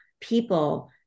people